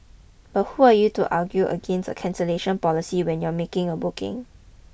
but who are you to argue against a cancellation policy when you are making a booking